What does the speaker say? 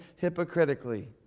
hypocritically